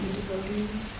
devotees